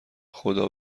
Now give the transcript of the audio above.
خدا